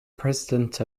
president